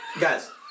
guys